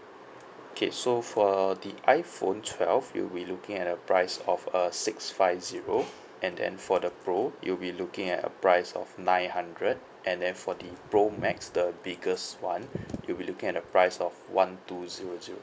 okay so for the iphone twelve you will be looking at a price of a six five zero and then for the pro you will be looking at a price of nine hundred and then for the pro max the biggest one you will be looking at the price of one two zero zero